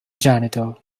janitor